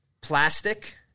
plastic